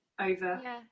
over